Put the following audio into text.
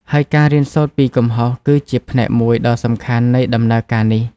ហើយការ រៀនសូត្រពីកំហុស គឺជាផ្នែកមួយដ៏សំខាន់នៃដំណើរការនេះ។